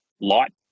light